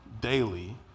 daily